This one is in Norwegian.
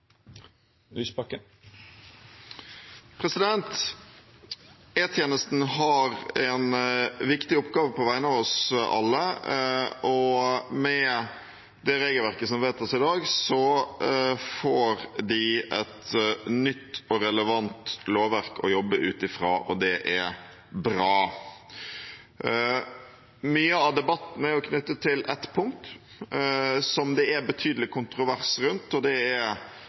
det er viktig at me fylgjer nøye med på utviklinga av denne lova i tida som kjem. E-tjenesten har en viktig oppgave på vegne av oss alle, og med det regelverket som vedtas i dag, får de et nytt og relevant lovverk å jobbe ut fra, og det er bra. Mye av debatten er knyttet til ett punkt som det er betydelig kontrovers rundt, og